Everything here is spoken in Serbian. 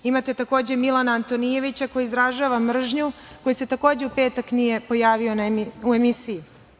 Imate, takođe, Milana Antonijevića koji izražava mržnju, koji se takođe u petak nije pojavio u emisiji.